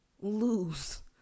lose